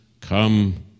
come